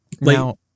now